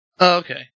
okay